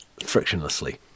frictionlessly